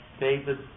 David